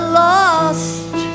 lost